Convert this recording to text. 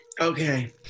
Okay